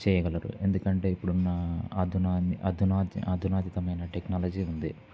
చేయగలరు ఎందుకంటే ఇప్పుడున్న అధునా అధునా అధునాతనమైన టెక్నాలజీ ఉంది